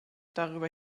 darüber